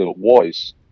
voice